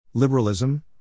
liberalism